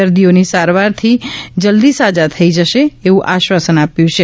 દર્દીઓને સારવારથી જલ્દીથી સાજા થઇ જશે એવું આશ્વાસન આપ્યું છે